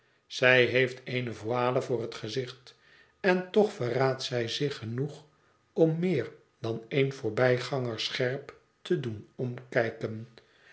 zij heeft eene voile voor het gezicht en toch verraadt zij zich genoeg om meer dan één voorbijganger scherp te doen omkijken